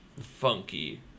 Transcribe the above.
funky